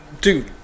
Dude